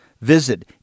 Visit